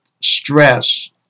stress